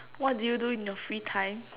what do you do in your free time